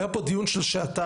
היה פה דיון של שעתיים.